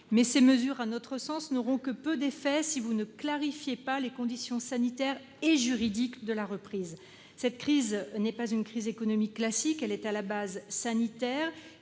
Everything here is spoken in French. Toutefois, elles n'auront que peu d'effets si vous ne clarifiez pas les conditions sanitaires et juridiques de la reprise. Cette crise n'est pas une crise économique classique, elle est à la base sanitaire.